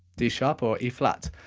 d sharp or e flat,